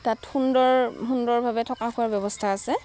তাত সুন্দৰ সুন্দৰভাৱে থকা খোৱাৰ ব্যৱস্থা আছে